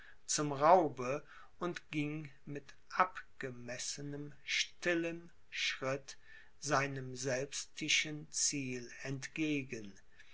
zum raube und ging mit abgemessenem stillem schritt seinem selbstischen ziel entgegen